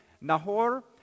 Nahor